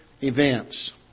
events